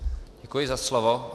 Děkuji za slovo.